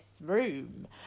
room